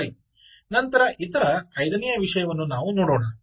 ಸರಿ ನಂತರ ಇತರ ಐದನೆಯ ವಿಷಯವನ್ನು ನಾವು ನೋಡೋಣ